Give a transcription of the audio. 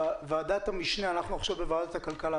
אנחנו עכשיו בוועדת הכלכלה,